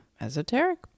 Esoteric